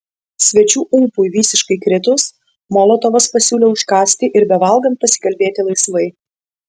svečių ūpui visiškai kritus molotovas pasiūlė užkąsti ir bevalgant pasikalbėti laisvai